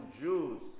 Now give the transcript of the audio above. Jews